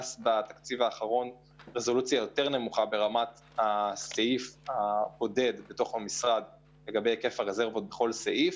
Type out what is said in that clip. בתקציב האחרון ברמת הסעיף הבודד לגבי היקף הרזרבות בכל סעיף.